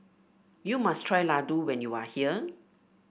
you must try Ladoo when you are here